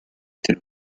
était